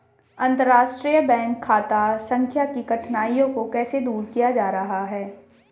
अंतर्राष्ट्रीय बैंक खाता संख्या की कठिनाइयों को कैसे दूर किया जा रहा है?